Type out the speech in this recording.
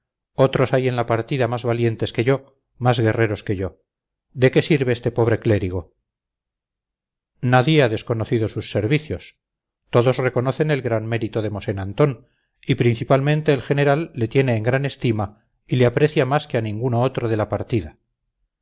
otros hay en la partida más valientes que yo más guerreros que yo de qué sirve este pobre clérigo nadie ha desconocido sus servicios todos reconocen el gran mérito de mosén antón y principalmente el general le tiene en gran estima y le aprecia más que a ninguno otro de la partida